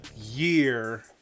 year